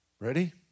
Ready